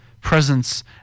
presence